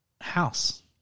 house